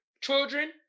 children